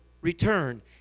return